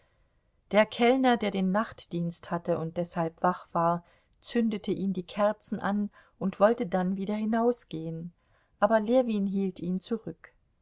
der kellner der den nachtdienst hatte und deshalb wach war zündete ihm die kerzen an und wollte dann wieder hinausgehen aber ljewin hielt ihn zurück